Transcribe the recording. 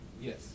Yes